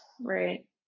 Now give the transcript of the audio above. Right